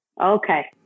Okay